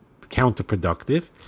counterproductive